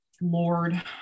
lord